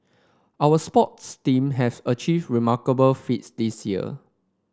our sports team has achieved remarkable feats this year